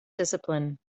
discipline